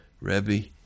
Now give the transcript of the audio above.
Rebbe